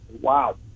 Wow